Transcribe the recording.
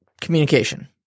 Communication